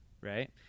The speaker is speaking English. right